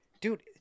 Dude